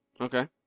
Okay